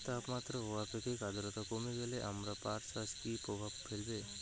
তাপমাত্রা ও আপেক্ষিক আদ্রর্তা কমে গেলে আমার পাট চাষে কী প্রভাব ফেলবে?